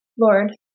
Lord